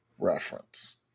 reference